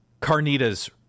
carnitas